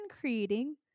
creating